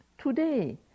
today